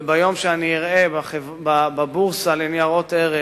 וביום שאני אראה בבורסה לניירות ערך